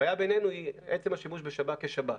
הבעיה, בעינינו היא עצם השימוש בשב"כ כשב"כ.